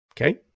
Okay